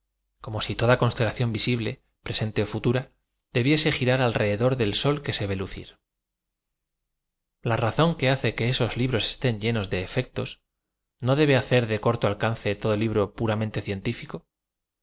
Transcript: como si toda constelación visible preseate ó futura debiese gira r alrededor del sol que se v e lucir l a razón que hace que esos libros estén llenos de efectos no debe hacer de corto alcance todo libro puramente cientiflco